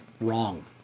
wrong